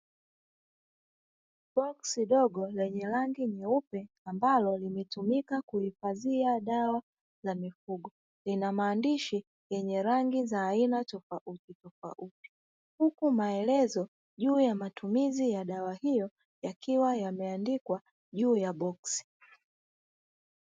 Boksi dogo lenye rangi nyeupe, ambalo limetumika kuhifadhia dawa za mifugo; linamaandishi yenye rangi za aina tofautitofauti. Huku maelezo juu ya matumizi ya dawa hiyo yakiwa yameandikwa juu ya boksi.